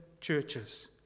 churches